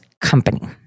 company